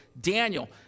Daniel